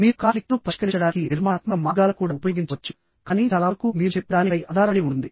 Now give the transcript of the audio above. మీరు కాన్ఫ్లిక్ట్స్ను పరిష్కరించడానికి నిర్మాణాత్మక మార్గాలను కూడా ఉపయోగించవచ్చు కానీ చాలా వరకు మీరు చెప్పేదానిపై ఆధారపడి ఉంటుంది